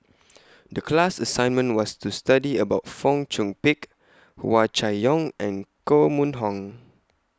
The class assignment was to study about Fong Chong Pik Hua Chai Yong and Koh Mun Hong